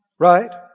Right